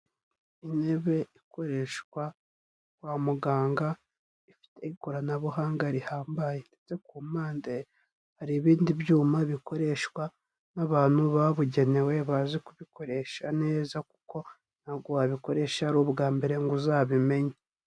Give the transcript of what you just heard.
Intebe ikoreshwa kwa muganga, ifite ikoranabuhanga rihambaye ndetse ku mpande hari ibindi byuma bikoreshwa n'abantu babugenewe bazi kubikoresha neza kuko ntabwo wabikoresha ari ubwa mbere ngo uzabimenye.